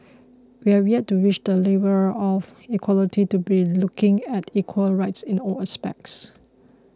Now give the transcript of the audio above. we have yet to reach the level of equality to be looking at equal rights in all aspects